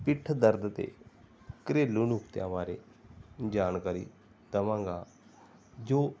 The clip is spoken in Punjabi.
ਪਿੱਠ ਦਰਦ ਦੇ ਘਰੇਲੂ ਨੁਕਤਿਆਂ ਬਾਰੇ ਜਾਣਕਾਰੀ ਦੇਵਾਂਗਾ ਜੋ